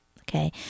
okay